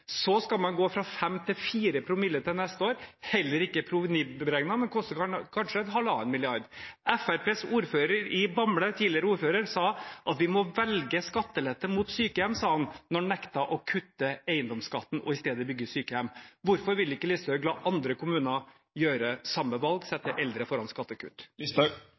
Så skal man gå fra 5 til 4 promille neste år, heller ikke provenyberegnet, men koster kanskje 1,5 mrd. kr. Fremskrittspartiets tidligere ordfører i Bamble sa vi må velge skattelette mot sykehjem da han nektet å kutte eiendomsskatten og i stedet bygger sykehjem. Hvorfor vil ikke Listhaug la andre kommuner gjøre samme valg: sette eldre foran